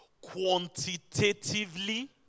quantitatively